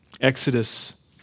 Exodus